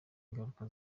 ingaruka